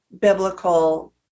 biblical